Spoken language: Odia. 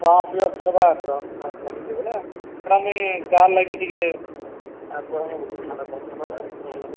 ହଁ ପିଅର୍ ସର୍ବା ଏତର କ୍ଲାସ ଚାଲିଚେ ବୋଲେ ମ୍ୟାଡ଼ମ୍ ମୁଇଁ ଯାଲ ଲାଗି ଟିକେ କହେମିଁ ବଦିନଟ କଲେହେ